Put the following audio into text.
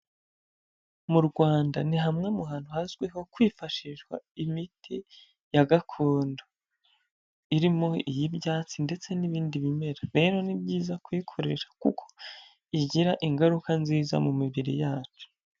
Mu Rwanda ni hamwe mu hantu hazwiho kwifashishwa imiti ya gakondo irimo iy'ibyatsi ndetse n'ibindi bimera, rero ni byiza kuyikoresha kuko igira ingaruka nziza mu mibiri yacu.